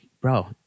bro